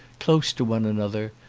close to one another,